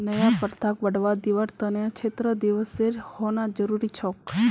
नया प्रथाक बढ़वा दीबार त न क्षेत्र दिवसेर होना जरूरी छोक